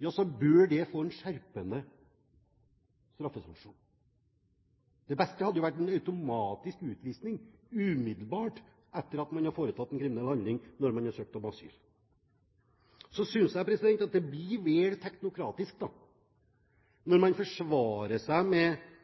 bør en få en skjerpet straffereaksjon. Det beste hadde jo vært en automatisk utvisning umiddelbart etter at man har begått en kriminell handling, når man har søkt om asyl. Så synes jeg at det blir mer teknokratisk når man forsvarer seg med